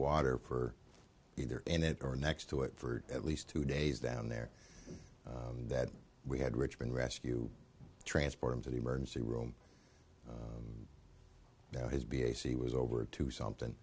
water for either in it or next to it for at least two days down there that we had richmond rescue transport him to the emergency room now his b a c was over to something